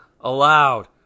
allowed